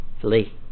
flee